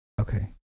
Okay